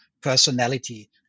personality